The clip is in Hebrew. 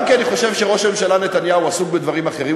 גם כי אני חושב שראש הממשלה נתניהו עסוק בדברים אחרים,